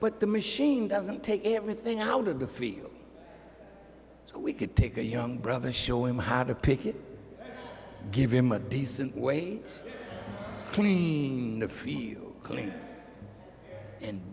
but the machine doesn't take everything out of the field we could take a young brother show him how to pick it give him a decent way clean the field clean and